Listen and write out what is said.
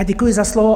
Děkuji za slovo.